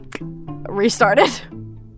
restarted